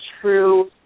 true